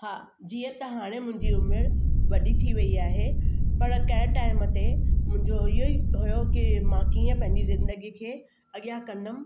हा जीअं त हाणे मुंहिंजी उमिरि वॾी थी वई आहे पर कंहिं टाइम ते मुंहिंजो इहो ई हुयो की मां कीअं पंहिंजी ज़िंदगी खे अॻियां कंदमि